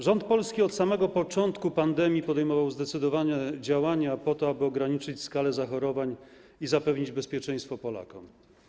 Rząd polski od samego początku pandemii podejmował zdecydowane działania po to, aby ograniczyć skalę zachorowań i zapewnić bezpieczeństwo Polakom.